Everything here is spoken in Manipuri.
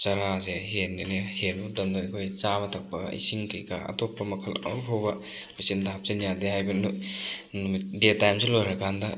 ꯆꯔꯥꯁꯦ ꯍꯦꯟꯒꯅꯤ ꯍꯦꯟꯕ ꯃꯇꯝꯗ ꯑꯩꯈꯣꯏ ꯆꯥꯕ ꯊꯛꯄ ꯏꯁꯤꯡ ꯀꯩꯀꯥ ꯑꯇꯣꯞꯄ ꯃꯈꯜ ꯑꯃꯐꯥꯎꯕ ꯆꯤꯟꯗ ꯍꯥꯞꯆꯟꯕ ꯌꯥꯗꯦ ꯍꯥꯏꯕ ꯅꯨꯃꯤꯠ ꯗꯦ ꯇꯥꯏꯝꯁꯤ ꯂꯣꯏꯔꯀꯥꯟꯗ